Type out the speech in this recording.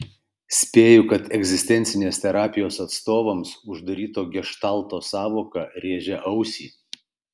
spėju kad egzistencinės terapijos atstovams uždaryto geštalto sąvoka rėžia ausį